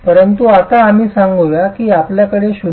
परंतु आता आम्ही सांगूया की आपल्याकडे 0